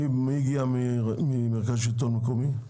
מי הגיע ממרכז השלטון המקומי?